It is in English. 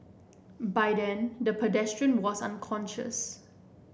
by then the pedestrian was unconscious